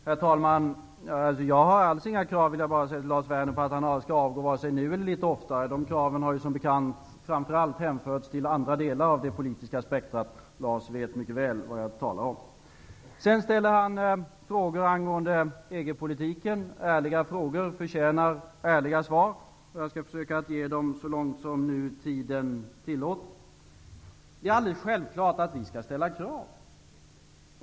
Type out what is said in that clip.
Herr talman! Jag vill bara säga till Lars Werner att jag inte har några som helst krav på att han skall avgå vare sig nu eller litet oftare. De kraven kan som bekant framför allt hänföras till andra delar av det politiska spektrat. Lars Werner vet mycket väl vad jag talar om. Lars Werner ställde några frågor angående EG politiken. Ärliga frågor förtjänar ärliga svar. Jag skall försöka svara på frågorna så långt tiden tillåter. Det är helt självklart att vi skall ställa krav.